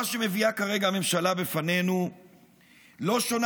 מה שמביאה כרגע הממשלה בפנינו לא שונה